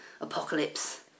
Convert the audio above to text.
apocalypse